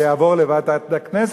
כדי שזה יעבור לוועדת הכנסת,